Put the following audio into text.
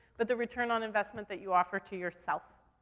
but the return on investment that you offer to yourself.